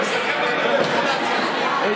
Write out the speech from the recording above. אנחנו,